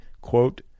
quote